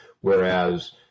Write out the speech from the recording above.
whereas